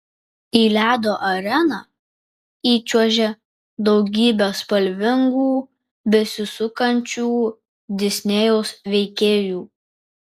į ledo areną įčiuožė daugybė spalvingų besisukančių disnėjaus veikėjų